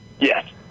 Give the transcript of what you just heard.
Yes